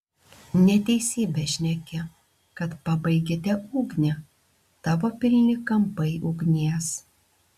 neteisybę šneki kad pabaigėte ugnį tavo pilni kampai ugnies